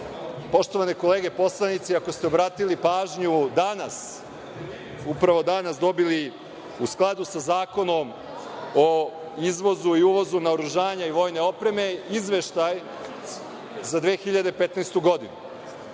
poštovane kolege poslanici, ako ste obratili pažnju danas, upravo danas dobili, u skladu sa Zakonom o izvozu i uvozu naoružanja i vojne opreme, izveštaj za 2015. godinu.